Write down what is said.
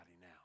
now